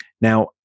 Now